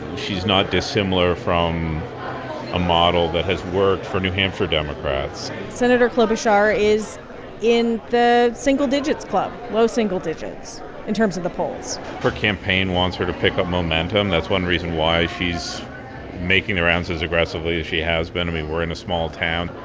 she's not dissimilar from a model that has worked for new hampshire democrats senator klobuchar is in the single-digits club, low single digits in terms of the polls her campaign wants her to pick up momentum. that's one reason why she's making the rounds as aggressively as she has been. i mean, we're in a small town.